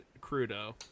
Crudo